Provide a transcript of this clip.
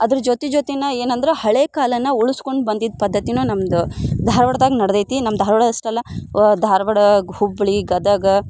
ಅದ್ರ ಜೊತೆ ಜೊತೆನೆ ಏನೆಂದ್ರೆ ಹಳೆಯ ಕಾಲನ ಉಳ್ಸ್ಕೊಂಡು ಬಂದಿದ್ದ ಪದ್ಧತಿಯೂ ನಮ್ದು ಧಾರವಾಡದಾಗ ನಡೆದೈತಿ ನಮ್ಮ ಧಾರವಾಡ ಅಷ್ಟಲ್ಲ ಧಾರವಾಡ ಹುಬ್ಬಳ್ಳಿ ಗದಗ